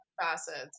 facets